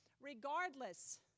Regardless